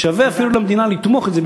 שווה אפילו למדינה לתמוך בזה,